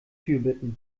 fürbitten